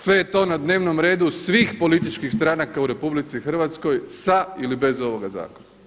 Sve je to na dnevnom redu svih političkih stanaka u RH sa ili bez ovoga zakona.